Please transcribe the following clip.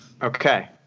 Okay